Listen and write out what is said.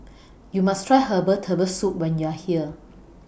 YOU must Try Herbal Turtle Soup when YOU Are here